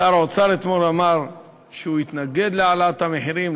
שר האוצר אמר אתמול שהוא יתנגד להעלאת המחירים,